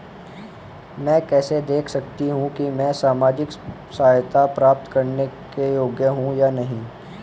मैं कैसे देख सकती हूँ कि मैं सामाजिक सहायता प्राप्त करने के योग्य हूँ या नहीं?